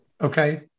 Okay